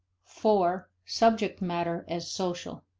four. subject matter as social.